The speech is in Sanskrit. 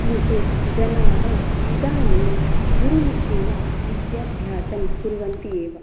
किन्तु जनाः इदानीं गुरुमुखेन विद्याभ्यासं कुर्वन्ति एव